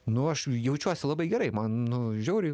nu aš jaučiuosi labai gerai man nu žiauriai